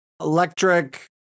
electric